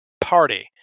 party